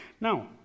Now